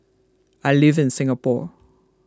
I live in Singapore